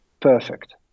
perfect